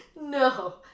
no